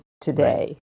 today